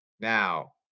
Now